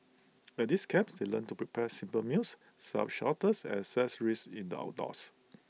at these camps they learn to prepare simple meals set up shelters assess risks in the outdoors